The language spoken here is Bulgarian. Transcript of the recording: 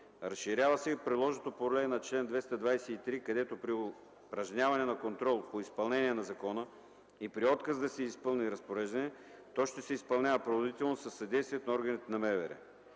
Разширява се и приложното поле на чл. 223, където при упражняване на контрол по изпълнение на закона и при отказ да се изпълни разпореждане, той ще се изпълнява принудително със съдействието на органите на МВР.